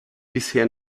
bisher